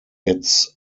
its